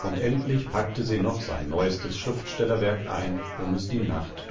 und endlich packte sie noch sein neuestes schriftstellerwerk ein um es die nacht